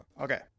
Okay